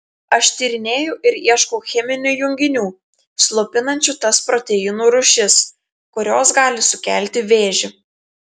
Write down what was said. aš tyrinėju ir ieškau cheminių junginių slopinančių tas proteinų rūšis kurios gali sukelti vėžį